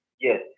Yes